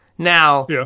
Now